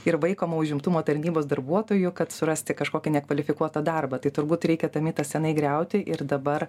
ir vaikoma užimtumo tarnybos darbuotojų kad surasti kažkokį nekvalifikuotą darbą tai turbūt reikia tą mitą senai griauti ir dabar